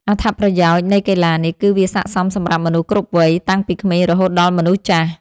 អត្ថប្រយោជន៍នៃកីឡានេះ គឺវាស័ក្តិសមសម្រាប់មនុស្សគ្រប់វ័យ តាំងពីក្មេងរហូតដល់មនុស្សចាស់។